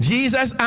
Jesus